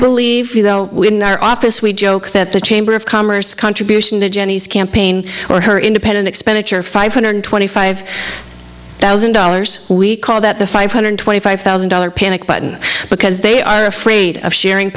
when our office we joke that the chamber of commerce contribution to jenny's campaign or her independent expenditure five hundred twenty five thousand dollars we call that the five hundred twenty five thousand dollars panic button because they are afraid of sharing